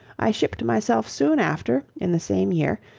i shipped myself soon after, in the same year,